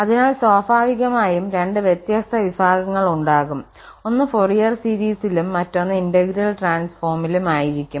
അതിനാൽ സ്വാഭാവികമായും രണ്ട് വ്യത്യസ്ത വിഭാഗങ്ങൾ ഉണ്ടാകും ഒന്ന് ഫോറിയർ സീരീസിലും മറ്റൊന്ന് ഇന്റഗ്രൽ ട്രാൻസ്ഫോമിലും ആയിരിക്കും